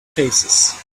faces